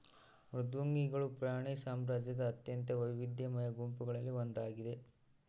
ಮೃದ್ವಂಗಿಗಳು ಪ್ರಾಣಿ ಸಾಮ್ರಾಜ್ಯದ ಅತ್ಯಂತ ವೈವಿಧ್ಯಮಯ ಗುಂಪುಗಳಲ್ಲಿ ಒಂದಾಗಿದ